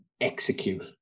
execute